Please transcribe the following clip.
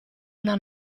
una